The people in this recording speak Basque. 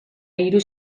hiru